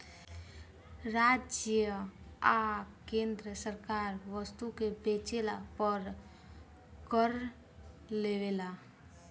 राज्य आ केंद्र सरकार वस्तु के बेचला पर कर लेवेला